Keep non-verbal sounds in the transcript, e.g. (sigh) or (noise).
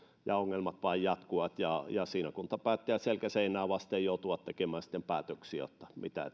ja ongelmat vain jatkuvat ja ja siinä kuntapäättäjät selkä seinää vasten joutuvat sitten tekemään päätöksiä mitä (unintelligible)